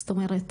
זאת אומרת,